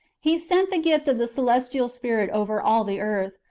he sent the gift of the celestial spirit over all the earth,